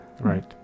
right